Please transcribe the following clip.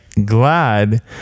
glad